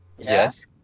Yes